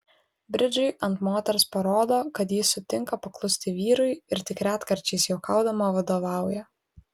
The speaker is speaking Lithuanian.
bridžai ant moters parodo kad ji sutinka paklusti vyrui ir tik retkarčiais juokaudama vadovauja